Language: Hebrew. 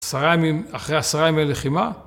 אחרי עשרה ימי לחימה